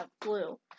blue